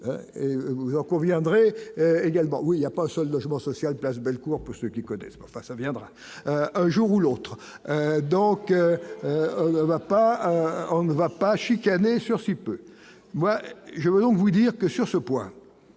et vous en conviendrez, également, où il y a pas de soldats je mens social place Bellecour pour ceux qui connaissent, mais enfin ça viendra un jour ou l'autre, donc on ne va pas, on ne va pas chicaner sur Suippes, moi je veux donc vous dire que sur ce point,